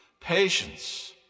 patience